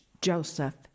Joseph